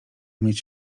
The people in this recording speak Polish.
mieć